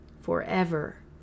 forever